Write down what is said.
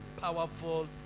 powerful